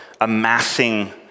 amassing